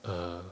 err